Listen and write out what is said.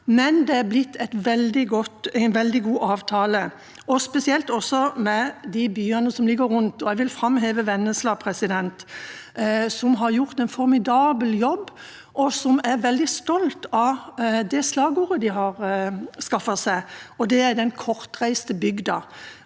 men det har blitt en veldig god avtale, spesielt også med de byene som ligger rundt. Jeg vil framheve Vennesla, som har gjort en formidabel jobb, og som er veldig stolt av det slagordet de har skaffet seg: den kortreiste bygda.